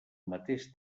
mateix